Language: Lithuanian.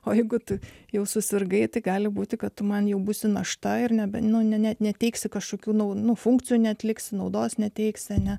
o jeigu tu jau susirgai tai gali būti kad tu man jau būsi našta ir nebent ne neteiksi kažkokių naujų funkcijų neatliksi naudos neteiks seni